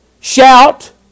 Shout